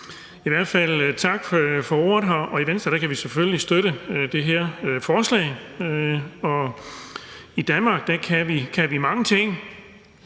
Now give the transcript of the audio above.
I hvert fald tak for ordene, og i Venstre kan vi selvfølgelig støtte det her forslag. I Danmark kan vi mange ting.